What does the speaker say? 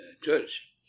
church